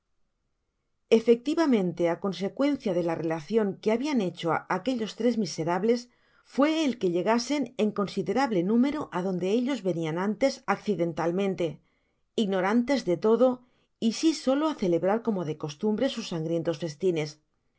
efectivamente á consecuencia de la relación que ha bian hecho aquellos tres miserables fue el que llegasen en considerable número adonde ellos venian antes accidentalmente ignorantes de todo y si solo á celebrar como de costumbre sus sangrientos festines